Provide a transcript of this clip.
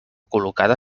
col·locada